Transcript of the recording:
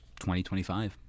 2025